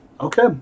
Okay